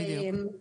כן בדיוק.